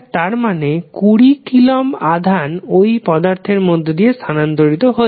তারমানে 20 কুলম্ব আধান ওই পদার্থের মধ্যে দিয়ে স্থানান্তরিত হচ্ছে